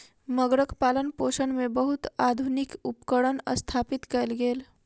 मगरक पालनपोषण मे बहुत आधुनिक उपकरण स्थापित कयल गेल